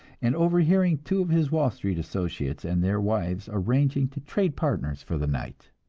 and overhearing two of his wall street associates and their wives arranging to trade partners for the night.